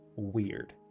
weird